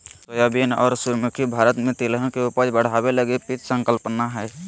soybean और सूरजमुखी भारत में तिलहन के उपज बढ़ाबे लगी पीत संकल्पना हइ